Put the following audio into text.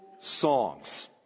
songs